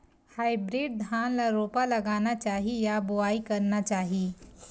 Hybrid धान ल रोपा लगाना चाही या बोआई करना चाही?